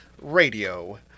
Radio